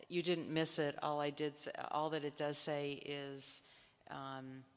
you didn't miss it all i did all that it does say is